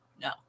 no